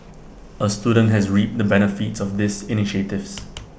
A student has reaped the benefits of these initiatives